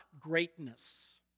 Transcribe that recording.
greatness